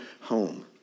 home